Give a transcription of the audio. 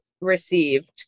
received